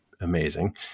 amazing